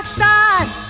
side